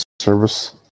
service